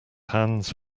hands